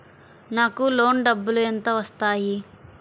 నాకు లోన్ డబ్బులు ఎంత వస్తాయి?